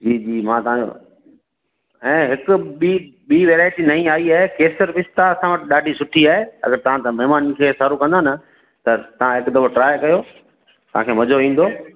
जी जी मां तव्हांखे ऐं हिक ॿी ॿी वैराइटी नयी आई आहे केसर पिस्ता असां वटि ॾाढी सुठी आहे अगरि तव्हां त महिमाननि खे सर्व कंदा न त तव्हां हिक दफ़ो ट्राय कयो तव्हांखे मजो ईंदो